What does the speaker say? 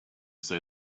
say